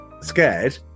scared